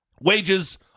wages